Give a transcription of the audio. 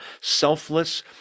Selfless